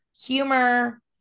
humor